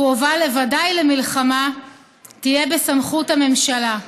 קרובה לוודאי תהיה בסמכות הממשלה.